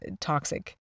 toxic